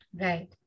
Right